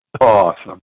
Awesome